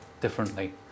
differently